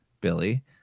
Billy